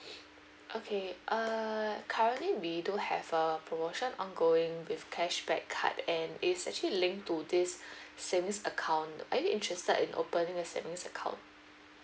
okay uh currently we do have a promotion ongoing with cashback card and is actually linked to this savings account are you interested in opening a savings account